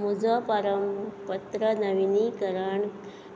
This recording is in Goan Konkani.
म्हुजो पारंपत्र नविनीकरण